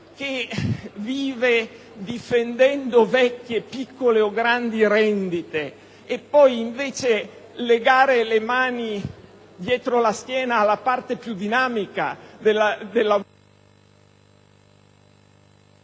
che vive difendendo vecchie, piccole o grandi rendite e poi, invece, legare le mani dietro la schiena alla parte più dinamica